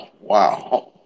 wow